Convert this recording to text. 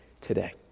today